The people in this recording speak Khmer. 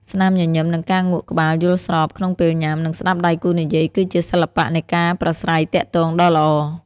ស្នាមញញឹម និងការងក់ក្បាលយល់ស្របក្នុងពេលញ៉ាំ និងស្ដាប់ដៃគូនិយាយ គឺជាសិល្បៈនៃការប្រាស្រ័យទាក់ទងដ៏ល្អ។